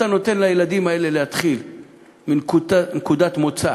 אתה נותן לילדים האלה להתחיל מנקודת מוצא